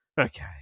Okay